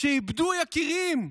שאיבדו יקירים.